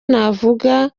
navuga